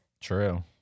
True